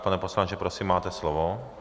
Pane poslanče, prosím, máte slovo.